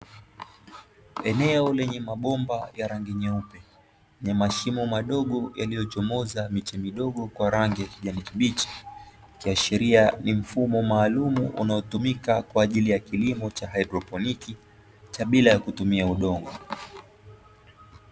Eneo lenye mabomba ya rangi nyeupe yenye mashimo madogo yaliyochomoza miche midogo kwa rangi ya kijani kibichi ikiashiria ni mfumo maalum unaotumika kwaajili ya kilimo cha "hydroponic " cha bila kutumia udongo